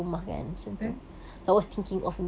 betul